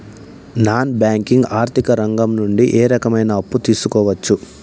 Non banking ఆర్థిక రంగం నుండి ఏ రకమైన అప్పు తీసుకోవచ్చు?